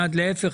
להיפך,